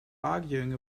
arguing